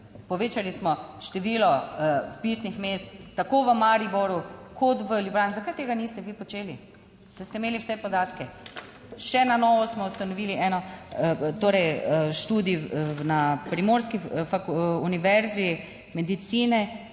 Povečali smo število vpisnih mest, tako v Mariboru, kot v Ljubljani. Zakaj tega niste vi počeli? Saj ste imeli vse podatke. Še na novo smo ustanovili eno, torej študij na primorski univerzi, medicine